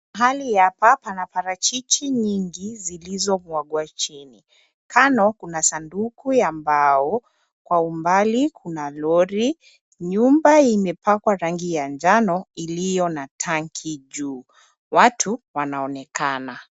Hali hapa pana parachichi nyingi zilizomwagwa chini. Kando kuna sanduku ya mbao. Kwa umbali kuna lori. Nyumba imepakwa rangi ya njano, iliyo na tangi juu. Watu wanaonekana.